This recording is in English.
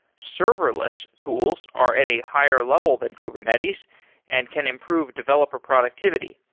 serverless tools are at a higher level than kubernetes and can improve developer productivity,